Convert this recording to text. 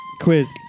Quiz